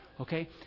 Okay